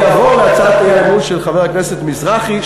אני אעבור להצעת האי-אמון של חבר הכנסת מזרחי,